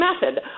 method